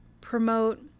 promote